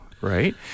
right